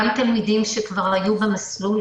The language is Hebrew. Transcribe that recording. גם תלמידים שכבר היו במסלול,